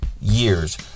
years